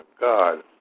God